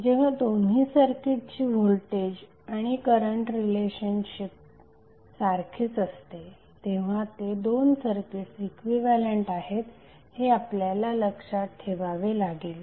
जेव्हा दोन्ही सर्किट्सची व्होल्टेज आणि करंट रिलेशनशिप सारखेच असते तेव्हा ते दोन सर्किट्स इक्विव्हॅलेंट आहेत हे आपल्याला लक्षात ठेवावे लागेल